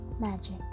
Magic